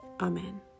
Amen